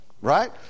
Right